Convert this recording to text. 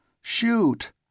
Shoot